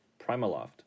Primaloft